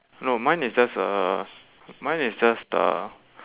no mine is just a mine is just the